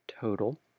total